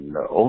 no